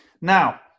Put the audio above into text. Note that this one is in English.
Now